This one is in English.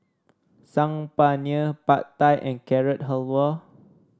Saag Paneer Pad Thai and Carrot Halwa